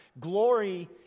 Glory